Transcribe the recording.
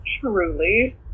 truly